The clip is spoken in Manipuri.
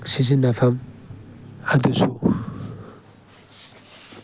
ꯁꯤꯖꯤꯟꯅꯐꯝ ꯑꯗꯨꯁꯨ